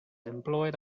employed